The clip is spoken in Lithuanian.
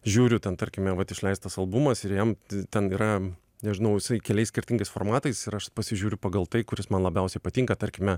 žiūriu tarkime vat išleistas albumas ir jam ten yra nežinau jisai keliais skirtingais formatais ir aš pasižiūriu pagal tai kuris man labiausiai patinka tarkime